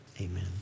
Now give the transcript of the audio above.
Amen